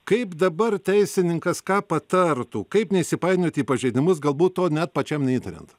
kaip dabar teisininkas ką patartų kaip neįsipainioti į pažeidimus galbūt to net pačiam neįtariant